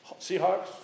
Seahawks